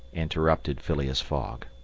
interrupted phileas fogg.